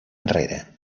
enrere